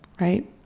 right